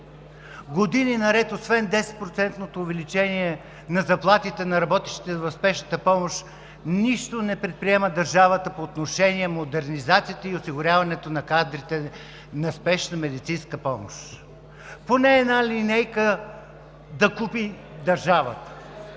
Години наред освен 10-процентното увеличение на заплатите на работещите в Спешната помощ държавата нищо не предприема по отношение модернизацията и осигуряването на кадрите на Спешна медицинска помощ – поне една линейка да купи държавата.